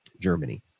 Germany